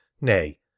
Nay